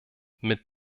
mit